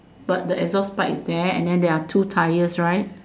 but the exhaust pipe is there and then there are two tires right